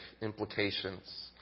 implications